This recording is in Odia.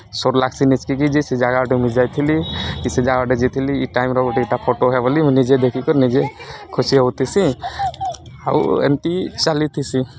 ସୋର୍ ଲାଗ୍ସି ନିଜ୍କେକି ଯେ ସେ ଜାଗାଟେ ମୁଁ ଯାଇଥିଲି କି ସେ ଜାଗାଟେ ଯାଇଥିଲି ଇ ଟାଇମ୍ର ଗୁଟେ ଇଟା ଫଟୋ ଏ ବୋଲି ମୁଁ ନିଜେ ଦେଖିକିିକରି ନିଜେ ଖୁସି ହଉଥିସି ଆଉ ଏନ୍ତି ଚାଲିଥିସି